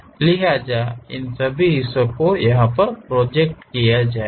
लिहाजा इन सभी हिस्सों को प्रोजेक्ट किया जाएगा